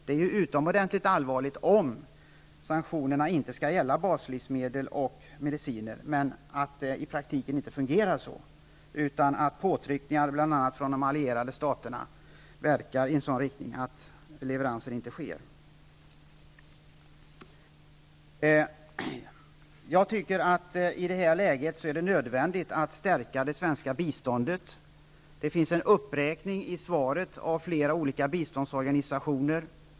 Det är ju utomordentligt allvarligt om sanktionerna inte skall gälla baslivsmedel och mediciner, men att det i praktiken inte fungerar så utan att påtryckningar bl.a. från de allierade staterna verkar i en sådan riktning att leveranser inte sker. I det här läget är det nödvändigt att stärka det svenska biståndet. I svaret räknar biståndsministern upp flera olika biståndsorganisationer.